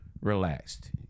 relaxed